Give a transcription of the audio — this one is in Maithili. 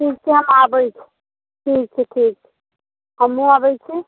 ठीक छै हम आबैत छी ठीक छै ठीक छै हमहुँ आबैत छी